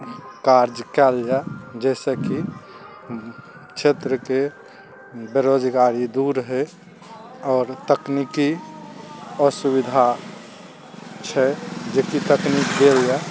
काज कयल जाइ जैसे कि क्षेत्रके बेरोजगारी दूर होइ आओर तकनीकी असुविधा छै जेकि तकनीक गेल यऽ